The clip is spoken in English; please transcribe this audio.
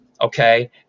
Okay